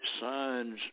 signs